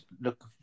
look